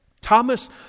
Thomas